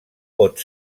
pot